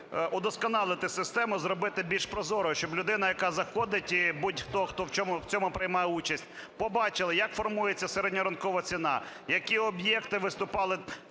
удосконалити систему, зробити більш прозорою. Щоб людина, яка заходить, будь-хто, хто в цьому приймає участь, побачила, як формується середньоринкова ціна, які об’єкти виступали